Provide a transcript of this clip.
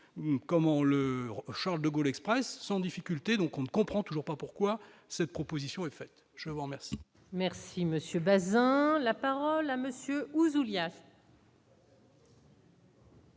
comme on le Charles-de-Gaulle Express sans difficulté, donc on ne comprend toujours pas pourquoi cette proposition est faite, je vous remercie. Merci Monsieur Bazin la parole à monsieur Ouzoulias.